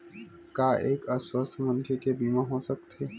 का एक अस्वस्थ मनखे के बीमा हो सकथे?